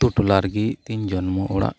ᱟᱛᱳ ᱴᱚᱞᱟ ᱨᱮᱜᱮ ᱛᱤᱧ ᱡᱚᱱᱢᱚ ᱚᱲᱟᱜ